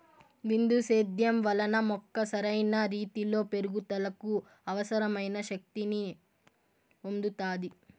బిందు సేద్యం వలన మొక్క సరైన రీతీలో పెరుగుదలకు అవసరమైన శక్తి ని పొందుతాది